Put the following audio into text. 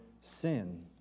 sin